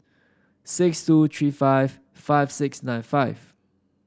six two three five five six nine five